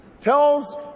tells